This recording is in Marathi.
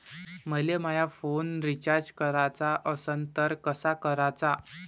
मले माया फोन रिचार्ज कराचा असन तर कसा कराचा?